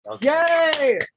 Yay